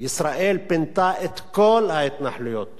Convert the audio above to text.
ישראל פינתה את כל ההתנחלויות